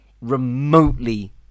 remotely